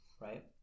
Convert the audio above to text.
right